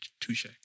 touche